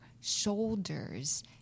shoulders